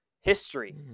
history